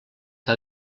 que